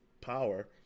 power